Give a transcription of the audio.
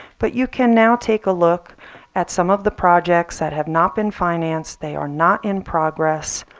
but you can now take a look at some of the projects that have not been financed, they are not in progress.